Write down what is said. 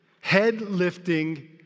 head-lifting